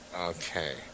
Okay